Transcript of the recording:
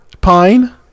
Pine